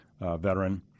veteran